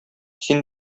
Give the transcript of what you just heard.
син